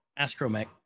Astromech